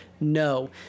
No